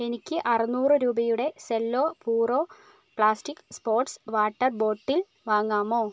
എനിക്ക് അറുനൂറ് രൂപയുടെ സെല്ലോ പൂറോ പ്ലാസ്റ്റിക് സ്പോർട്സ് വാട്ടർ ബോട്ടിൽ വാങ്ങാമോ